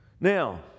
Now